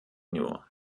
nur